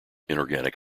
inorganic